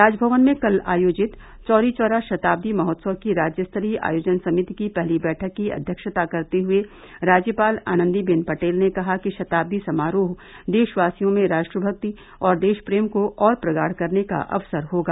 राजभवन में कल आयोजित चौरीचौरा शताब्दी महोत्सव की राज्य स्तरीय आयोजन समिति की पहली बैठक की अध्यक्षता करते हए राज्यपाल आनन्दी बेन पटेल ने कहा कि शताब्दी समारोह देशवासियों में राष्ट्रभक्ति और देशप्रेम को और प्रगाढ़ करने का अवसर होगा